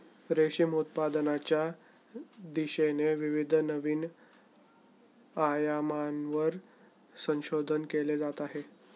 रेशीम उत्पादनाच्या दिशेने विविध नवीन आयामांवर संशोधन केले जात आहे